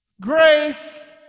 grace